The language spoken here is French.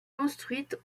construite